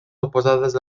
oposades